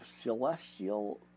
celestial